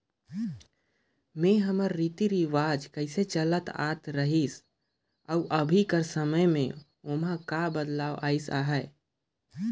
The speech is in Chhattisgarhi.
में हमर रीति रिवाज कइसे चलत आत रहिस अउ अभीं कर समे में ओम्हां का बदलाव अइस अहे